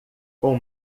com